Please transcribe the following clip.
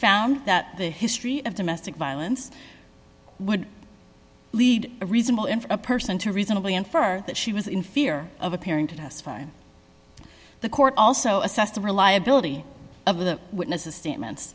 found that the history of domestic violence would lead a reasonable and a person to reasonably infer that she was in fear of appearing to testify the court also assessed the reliability of the witnesses statements